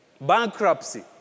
Bankruptcy